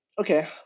okay